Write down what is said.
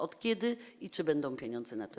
Od kiedy i czy będą pieniądze na to?